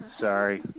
Sorry